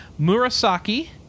murasaki